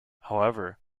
however